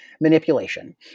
manipulation